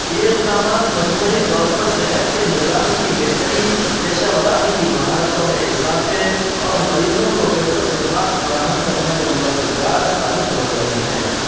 یہ اقدامات مجموعی طور پر صحت کے نظام کی بہتری پیشہ وران کی مہارتوں میں اضافے اور مریضوں کو بہتر خدمات فراہم کرنے میں مددگار ثابت ہو رہے ہیں